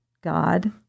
God